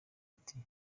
ati